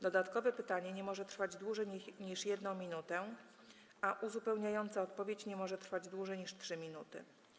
Dodatkowe pytanie nie może trwać dłużej niż 1 minutę, a uzupełniająca odpowiedź nie może trwać dłużej niż 3 minuty.